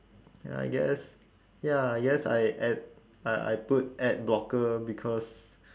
ya I guess ya I guess I ad~ I I put adblocker because